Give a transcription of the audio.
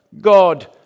God